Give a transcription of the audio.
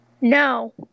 No